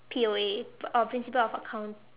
P_O_A uh principles of accounts